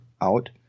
out